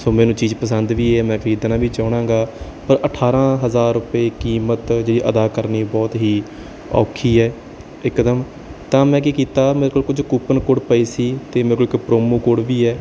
ਸੋ ਮੈਨੂੰ ਚੀਜ਼ ਪਸੰਦ ਵੀ ਹੈ ਮੈਂ ਖਰੀਦਣਾ ਵੀ ਚਾਹੁੰਦਾ ਗਾ ਪਰ ਅਠਾਰਾਂ ਹਜ਼ਾਰ ਰੁਪਏ ਕੀਮਤ ਜਿਹੜੀ ਅਦਾ ਕਰਨੀ ਬਹੁਤ ਹੀ ਔਖੀ ਹੈ ਇਕਦਮ ਤਾਂ ਮੈਂ ਕੀ ਕੀਤਾ ਮੇਰੇ ਕੋਲ ਕੁਝ ਕੂਪਨ ਕੋਡ ਪਏ ਸੀ ਅਤੇ ਮੇਰੇ ਕੋਲ ਇੱਕ ਪ੍ਰੋਮੋ ਕੋਡ ਵੀ ਹੈ